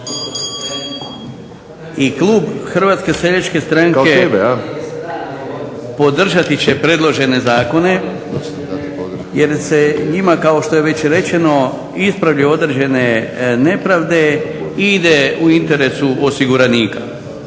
I klub HSS-a podržati će predložene zakone jer se njima kao što je već rečeno ispravljaju određene nepravde i ide u interesu osiguranika.